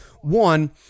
One